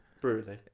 Brutally